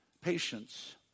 Patience